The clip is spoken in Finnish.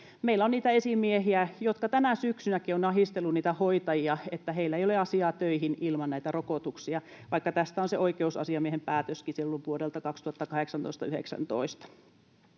Meillä on niitä esimiehiä, jotka tänä syksynäkin ovat ahdistelleet niitä hoitajia, että heillä ei ole asiaa töihin ilman näitä rokotuksia, vaikka tästä on se oikeusasiamiehen päätöskin. Se on vuodelta 2018—19.